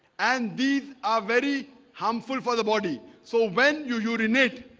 and these are very harmful for the body. so when you urinate